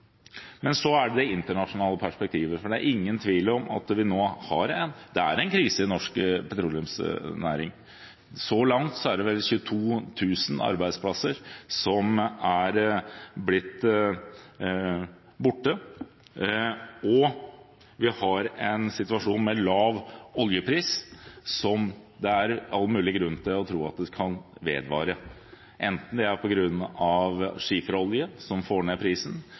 Men så er det det internasjonale perspektivet. Det er ingen tvil om at det er en krise i norsk petroleumsnæring. Så langt er det vel 22 000 arbeidsplasser som er blitt borte. Vi har en situasjon med lav oljepris som det er all mulig grunn til å tro kan vedvare, enten det er på grunn av skiferolje – som får ned prisen